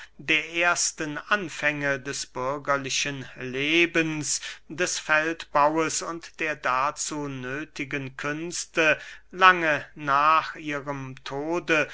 der ersten anfänge des bürgerlichen lebens des feldbaues und der dazu nöthigen künste lange nach ihrem tode